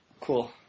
Cool